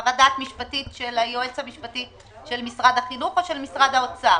חוות דעת משפטית של היועץ המשפטי של משרד החינוך או של משרד האוצר?